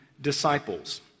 disciples